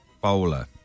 Bowler